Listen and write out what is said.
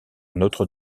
notre